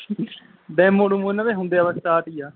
demo ਡੁਮੋ ਇਨ੍ਹਾਂ ਦੇ ਹੁੰਦੇ ਆ ਬਸ ਸਟਾਟ ਹੀ ਆ